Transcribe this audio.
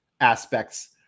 aspects